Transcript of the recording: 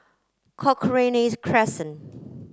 Cochrane Crescent